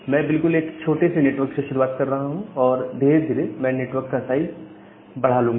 मैं बिल्कुल एक छोटे से नेटवर्क से शुरुआत कर रहा हूं और धीरे धीरे मैं नेटवर्क का साइज बढ़ा लूंगा